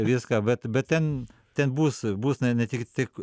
viską bet bet ten ten bus bus ne tik tik